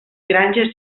granges